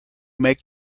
make